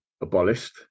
abolished